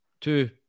two